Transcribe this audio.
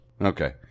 Okay